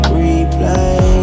replay